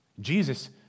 Jesus